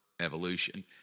evolution